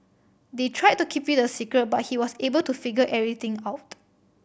they tried to keep it a secret but he was able to figure everything out